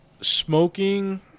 smoking